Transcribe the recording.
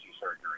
surgery